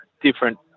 different